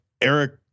Eric